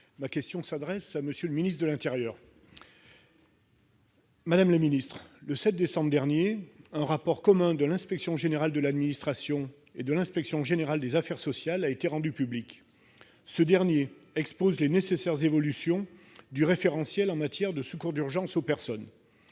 ma question s'adressait à M. le ministre de l'intérieur. Le 7 décembre dernier, un rapport commun de l'Inspection générale de l'administration, l'IGA, et de l'Inspection générale des affaires sociales, l'IGAS, a été rendu public. Il porte sur les nécessaires évolutions du référentiel en matière de secours d'urgence aux personnes.